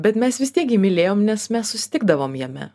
bet mes vis tiek gi mylėjom nes mes susitikdavom jame